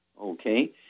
Okay